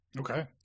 Okay